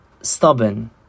stubborn